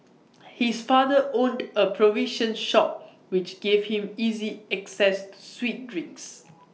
his father owned A provision shop which gave him easy access to sweet drinks